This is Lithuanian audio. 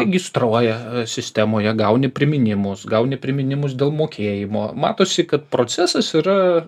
registruoja sistemoje gauni priminimus gauni priminimus dėl mokėjimo matosi kad procesas yra